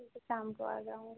ठीक है शाम को आ जाऊँगी